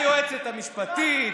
היועצת המשפטית,